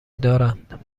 دارند